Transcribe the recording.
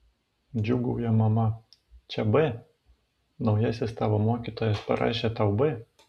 džiūgauja mama čia b naujasis tavo mokytojas parašė tau b